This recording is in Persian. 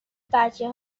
بچه